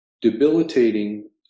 Debilitating